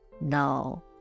No